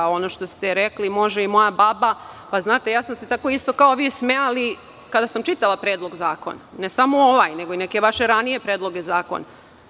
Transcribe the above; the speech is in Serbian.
A ono što ste rekli „može i moja baba“, pa znate, ja sam se tako isto kao vi smejala kada sam čitala Predlog zakona, ne samo ovaj, nego i neke vaše ranije predloge zakona.